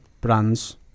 Brands